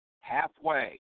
halfway